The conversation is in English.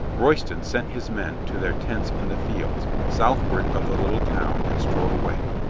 royston sent his men to their tents in the fields southward of the little town and strode away.